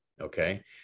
Okay